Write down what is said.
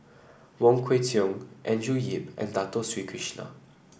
Wong Kwei Cheong Andrew Yip and Dato Sri Krishna